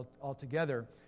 altogether